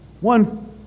one